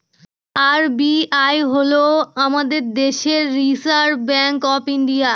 RBI হল আমাদের দেশের রিসার্ভ ব্যাঙ্ক অফ ইন্ডিয়া